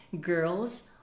girls